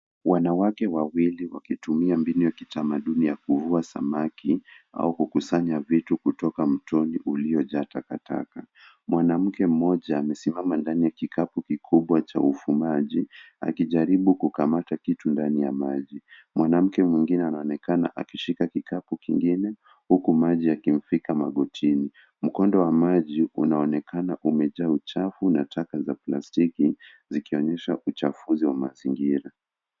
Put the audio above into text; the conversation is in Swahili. Manawake wawili wakitumia mbinu ya kitamaduni ya kufua samaki au kukuzanya vitu mtoni uliojaa takataka, mwanamke mmoja amesimama ndani y a kikabu ya ufumaji akijaribu kukamata kitu ndani ya maji, mwanamke mwingine anaonekana akishika kikabu kingine uku maji yakimfika magotini, mKondo wa maji unaonekana umejaa uchafu na taka za plastiki zikionyesha uchafuzi wa mazingira